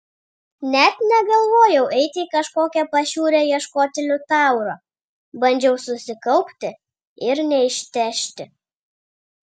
net negalvojau eiti į kažkokią pašiūrę ieškoti liutauro bandžiau susikaupti ir neištežti